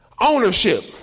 Ownership